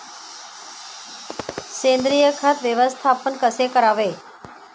सेंद्रिय खत व्यवस्थापन कसे करावे?